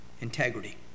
integrity